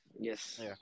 yes